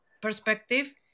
perspective